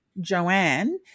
Joanne